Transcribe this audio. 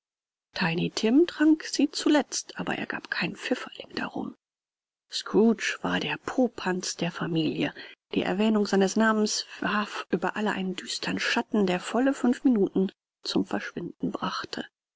tiny tim trank sie zuletzt aber er gab keinen pfifferling darum scrooge war der popanz der familie die erwähnung seines namens warf über alle einen düstern schatten der volle fünf minuten zum verschwinden brauchte